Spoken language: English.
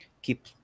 Keep